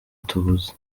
tubuze